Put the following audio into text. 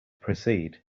proceed